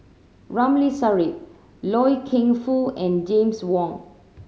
Ramli Sarip Loy Keng Foo and James Wong